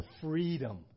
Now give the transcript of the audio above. freedom